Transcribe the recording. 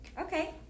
Okay